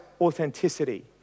authenticity